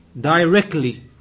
directly